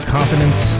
Confidence